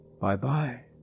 Bye-bye